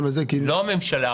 לא הממשלה.